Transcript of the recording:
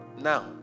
now